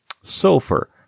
Sulfur